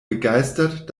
begeistert